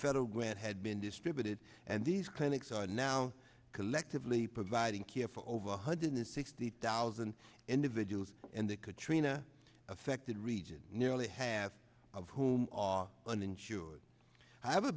federal grant had been distributed and these clinics are now collectively providing care for over one hundred sixty thousand individuals and the katrina affected region nearly half of whom are uninsured either